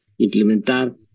implementar